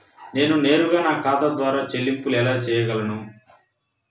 నేను నేరుగా నా ఖాతా ద్వారా చెల్లింపులు ఎలా చేయగలను?